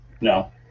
No